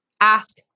ask